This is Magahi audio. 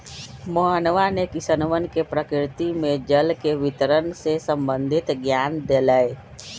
मोहनवा ने किसनवन के प्रकृति में जल के वितरण से संबंधित ज्ञान देलय